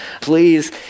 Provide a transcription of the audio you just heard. please